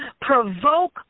provoke